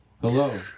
Hello